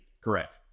Correct